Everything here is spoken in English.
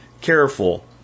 careful